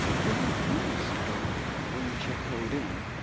who reviews code when you check code in?